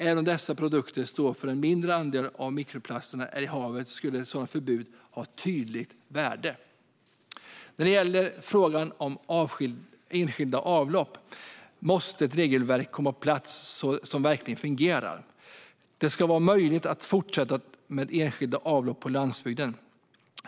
Även om dessa produkter står för en mindre andel av mikroplasterna i havet skulle ett sådant förbud ha ett tydligt värde. När det gäller frågan om enskilda avlopp måste ett regelverk komma på plats som verkligen fungerar. Det ska vara möjligt att fortsätta med enskilda avlopp på landsbygden.